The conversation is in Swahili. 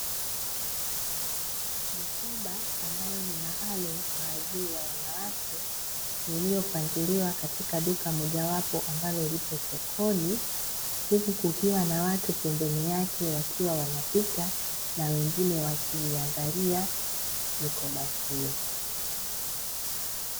Mikoba ambayo ni maalum kwa ajili ya wanawake, iliopangiliwa katika duka mojawapo ambalo lipo sokoni. Huku kukiwa na watu pembeni yake wakiwa wanapita na wengine wakiiangalia mikoba hiyo.